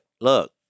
look